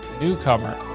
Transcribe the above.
newcomer